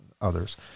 others